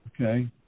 Okay